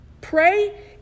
pray